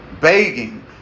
begging